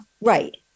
Right